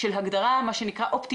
הגדרה של מה שנקרא opt in,